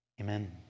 Amen